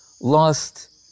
lost